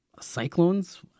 Cyclones